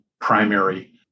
primary